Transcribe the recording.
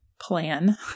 plan